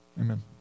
amen